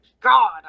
God